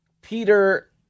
Peter